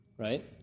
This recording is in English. Right